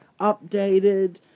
updated